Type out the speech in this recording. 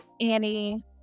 Annie